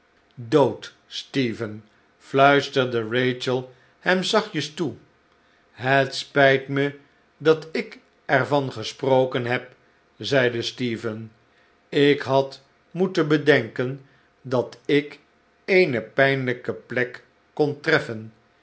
dood stephen fluisterde rachel hem zachtjes toe het spiit me dat ik er van gesproken heb zeide stephen ik had moeten bedenken dat ik eene pijnlijke plek kon treffen